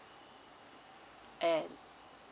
at